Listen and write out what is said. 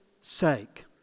sake